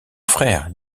frère